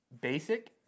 basic